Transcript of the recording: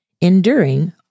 enduring